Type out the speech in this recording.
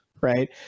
right